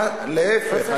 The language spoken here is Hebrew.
להיפך,